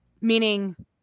Meaning